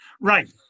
Right